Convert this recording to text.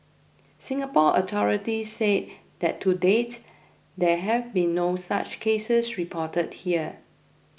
Singapore authorities said that to date there have been no such cases reported here